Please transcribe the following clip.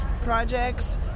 projects